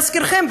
להזכירכם,